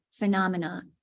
phenomena